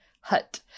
hut